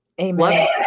Amen